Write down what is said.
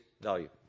value